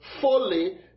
fully